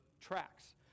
tracks